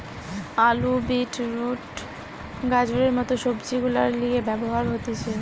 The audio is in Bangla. আলু, বিট রুট, গাজরের মত সবজি গুলার লিয়ে ব্যবহার হতিছে